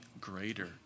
greater